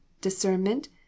discernment